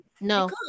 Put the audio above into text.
No